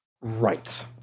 Right